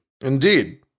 Indeed